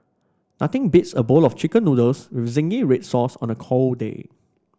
nothing beats a bowl of chicken noodles with zingy red sauce on a cold day